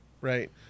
right